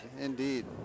indeed